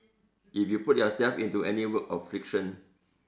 if you put yourself into any work of fiction